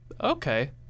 Okay